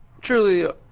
truly